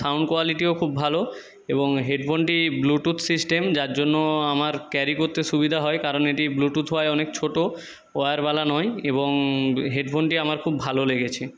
sound কোয়ালিটিও খুব ভালো এবং হেডফোনটি ব্লুটুথ সিস্টেম যার জন্য আমার ক্যারি করতে সুবিধা হয় কারণ এটি ব্লুটুথ হওয়ায় অনেক ছোটো ওয়্যারওয়ালা নয় এবং হেডফোনটি আমার খুব ভালো লেগেছে